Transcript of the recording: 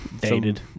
dated